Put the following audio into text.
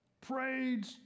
prayed